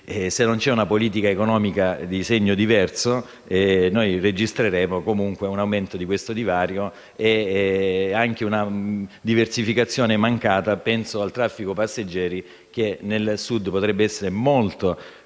se non c'è una politica economica di segno diverso, registreremo comunque un aumento del divario e una mancata diversificazione. Penso al traffico passeggeri, che al Sud potrebbe essere molto